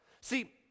See